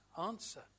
answer